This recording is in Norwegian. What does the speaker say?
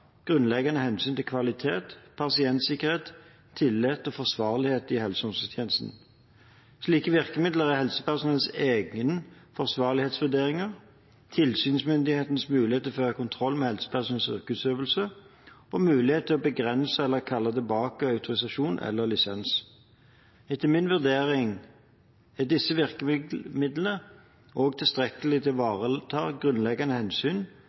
grunnleggende hensyn til kvalitet, pasientsikkerhet, tillit og forsvarlighet i helse- og omsorgstjenesten. Slike virkemidler er helsepersonellets egne forsvarlighetsvurderinger, tilsynsmyndighetens mulighet til å føre kontroll med helsepersonellets yrkesutøvelse og mulighet til å begrense eller kalle tilbake autorisasjon eller lisens. Etter min vurdering er disse virkemidlene også tilstrekkelige til å ivareta grunnleggende hensyn